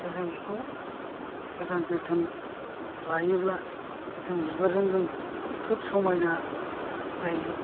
दा जों बेखौ मोजां जोथोन लायोब्ला जों बिबारजों जों खोब समायना जायो